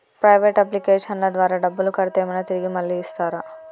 Private అప్లికేషన్ల ద్వారా డబ్బులు కడితే ఏమైనా తిరిగి మళ్ళీ ఇస్తరా?